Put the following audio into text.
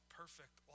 perfect